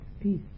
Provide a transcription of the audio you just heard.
peace